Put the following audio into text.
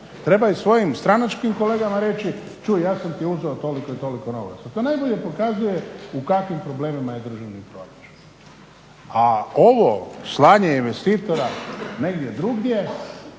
Treba i svojim stranačkim kolegama reći čuj ja sam ti uzeo toliko i toliko novaca. To najbolje pokazuje u kakvim problemima je državni proračun. A ovo slanje investitora negdje drugdje